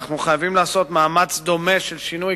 אנחנו חייבים לעשות מאמץ דומה של שינוי